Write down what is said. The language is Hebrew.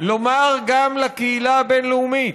לומר גם לקהילה הבין-לאומית,